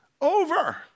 over